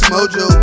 Mojo